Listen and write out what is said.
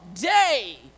day